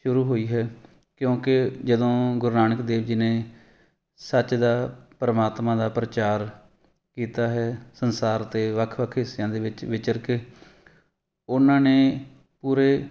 ਸ਼ੁਰੂ ਹੋਈ ਹੈ ਕਿਉਂਕਿ ਜਦੋਂ ਗੁਰੂ ਨਾਨਕ ਦੇਵ ਜੀ ਨੇ ਸੱਚ ਦਾ ਪਰਮਾਤਮਾ ਦਾ ਪ੍ਰਚਾਰ ਕੀਤਾ ਹੈ ਸੰਸਾਰ 'ਤੇ ਵੱਖ ਵੱਖ ਹਿੱਸਿਆਂ ਦੇ ਵਿੱਚ ਵਿਚਰ ਕੇ ਉਹਨਾਂ ਨੇ ਪੂਰੇ